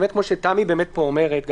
כמו שתמי אומרת,